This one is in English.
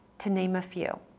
to name a few.